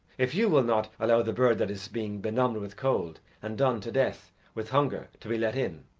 if you will not allow the bird that is being benumbed with cold, and done to death with hunger, to be let in,